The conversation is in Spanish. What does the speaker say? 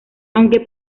aunque